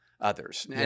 others